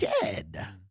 dead